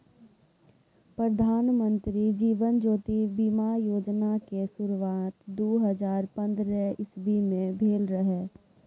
प्रधानमंत्री जीबन ज्योति बीमा योजना केँ शुरुआत दु हजार पंद्रह इस्बी मे भेल रहय